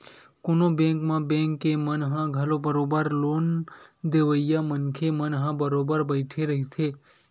कोनो बेंक म बेंक के मन ह घलो बरोबर लोन देवइया मनखे मन ह बरोबर बइठे रहिथे